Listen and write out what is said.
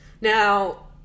Now